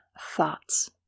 thoughts